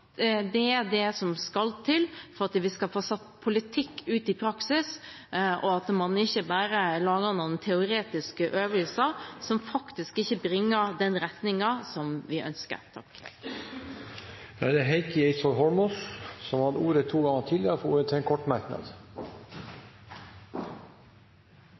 Det er det som skal til for at vi skal få satt politikk ut i praksis, og at man ikke bare lager noen teoretiske øvelser som ikke faktisk bringer oss i den retningen som vi ønsker. Representanten Heikki Eidsvoll Holmås har hatt ordet to ganger tidligere og får ordet til en kort merknad,